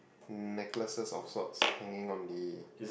necklaces of thoughts hanging on me